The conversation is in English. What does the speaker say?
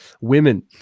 women